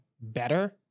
better